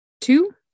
two